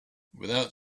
without